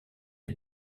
les